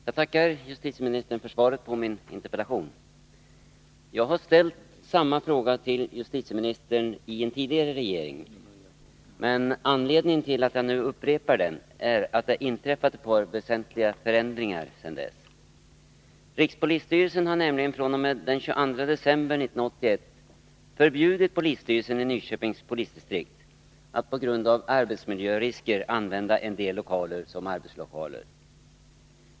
Herr talman! Jag tackar justitieministern för svaret på min interpellation. Jag har ställt samma fråga till justitieministern i en tidigare regering, men anledningen till att jag nu upprepar den är att det har inträffat ett par väsentliga förändringar sedan dess. Rikspolisstyrelsen har nämligen fr.o.m. den 22 december 1981, på grund av arbetsmiljörisker, förbjudit polisstyrelsen i Nyköpings polisdistrikt att använda en del av sina lokaler som arbetslokaler.